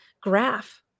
graph